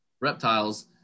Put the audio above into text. reptiles